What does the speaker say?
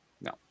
no